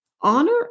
honor